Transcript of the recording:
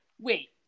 Wait